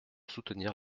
soutenir